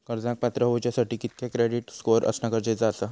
कर्जाक पात्र होवच्यासाठी कितक्या क्रेडिट स्कोअर असणा गरजेचा आसा?